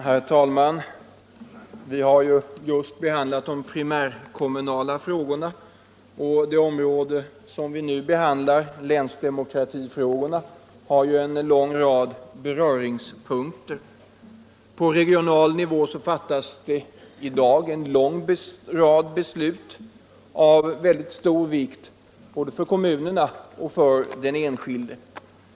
Herr talman! Vi har just behandlat de primärkommunala frågorna. Dessa och det område vi nu behandlar, länsdemokratifrågorna, har en lång rad beröringspunkter. På regional nivå sker i dag en rad beslut av stor vikt både för kommunerna och för den enskilde.